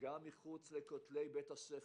גם מחוץ לכותלי בית הספר.